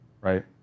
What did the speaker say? Right